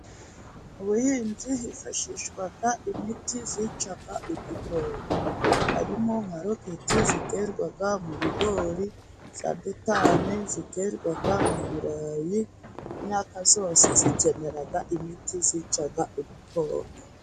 Mu buhinzi hifashishwa imiti yica udukoko. Harimo nka Roketi iterwa mu bigori, za Detane ziterwa mu birarayi, imyaka yose ikenera imiti yica udukoko.